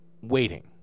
waiting